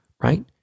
right